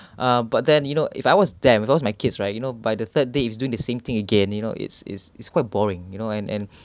uh but then you know if I was them if I was my kids right you know by the third day is doing the same thing again you know it's it's it's quite boring you know and and